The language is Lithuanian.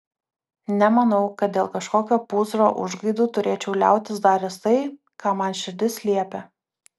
nemanau kad dėl kažkokio pūzro užgaidų turėčiau liautis daręs tai ką man širdis liepia